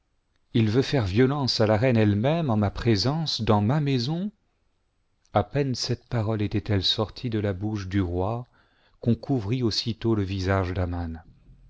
il veut faire violence à la reins elle-même en ma présence dans ma maison a peine cette parole était-elle sortie de la bouche du roi qu'on couvrit aussitôt le visage d'aman